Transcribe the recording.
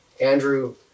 andrew